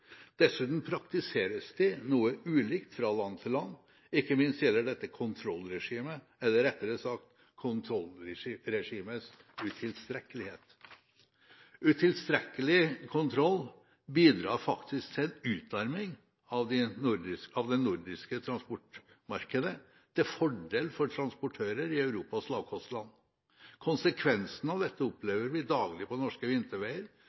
Dessuten praktiseres de noe ulikt fra land til land, ikke minst gjelder dette kontrollregimet eller rettere sagt kontrollregimets utilstrekkelighet. Utilstrekkelig kontroll bidrar faktisk til en utarming av det nordiske transportmarkedet til fordel for transportører i Europas lavkostland. Konsekvensene av dette opplever vi daglig på norske vinterveier,